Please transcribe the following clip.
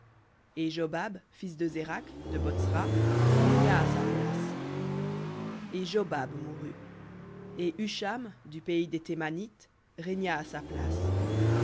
et jobab fils de zérakh de botsra régna à sa place et jobab mourut et husham du pays des thémanites régna à sa place